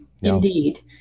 indeed